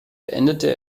beendete